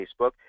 Facebook